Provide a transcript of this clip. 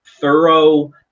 thorough